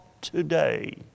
today